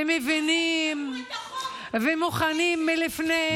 ומבינים ומוכנים מלפני.